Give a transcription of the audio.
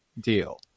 Deal